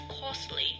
costly